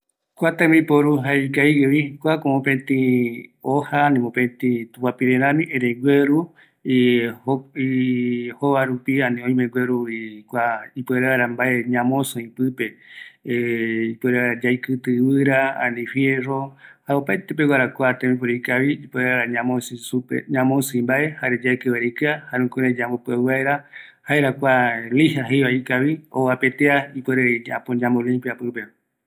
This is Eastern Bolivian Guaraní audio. Kua oime ou mokoipeguara, öime ɨvɨra pegua, fierro peguara, jare ovapetea peguara, öime jaimbe ipoguajuva, jare isɨiva, jaera kua tembiporu